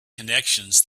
connections